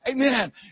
Amen